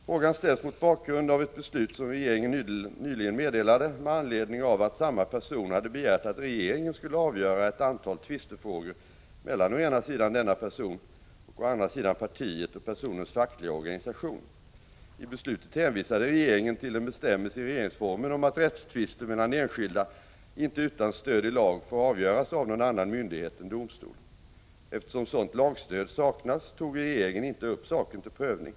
Frågan ställs mot bakgrund av ett beslut som regeringen nyligen meddelade med anledning av att samma person hade begärt att regeringen skulle avgöra ett antal tvistefrågor mellan å ena sidan denna person och å andra sidan partiet och personens fackliga organisation. I beslutet hänvisade regeringen till en bestämmelse i regeringsformen om att rättstvister mellan enskilda inte utan stöd i lag får avgöras av någon annan myndighet än domstol. Eftersom sådant lagstöd saknas, tog regeringen inte upp saken till prövning.